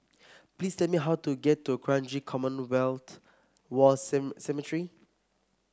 please tell me how to get to Kranji Commonwealth War Cemetery